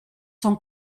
son